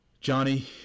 Johnny